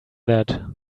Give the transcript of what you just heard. that